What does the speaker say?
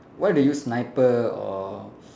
what if they use sniper or